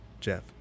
Jeff